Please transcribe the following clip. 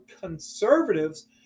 conservatives